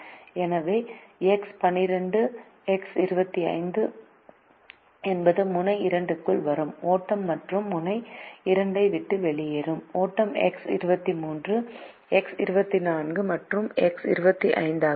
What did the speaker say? எனவே எக்ஸ் 12 என்பது முனை 2 க்குள் வரும் ஓட்டம் மற்றும் முனை 2 ஐ விட்டு வெளியேறும் ஓட்டம் எக்ஸ் 23 எக்ஸ் 24 மற்றும் எக்ஸ் 25 ஆகும்